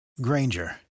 Granger